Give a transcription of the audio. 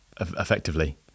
effectively